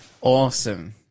Awesome